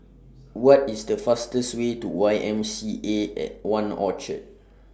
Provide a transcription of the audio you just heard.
What IS The fastest Way to Y M C A At one Orchard